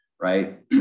right